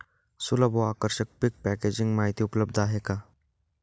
सुलभ व आकर्षक पीक पॅकेजिंग माहिती उपलब्ध आहे का?